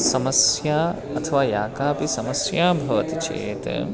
समस्या अथवा या कापि समस्या भवति चेत्